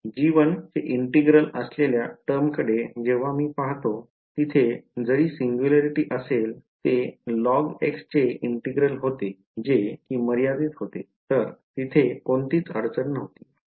g1 चे integral असलेल्या term कडे जेव्हा मी पाहतो तिथे जरी सिंग्युलॅरिटी असेल ते log चे इंटिग्रल होते जे कि मर्यादित होते तर तिथे कोणतीच अडचण नव्हती